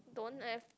don't have